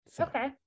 Okay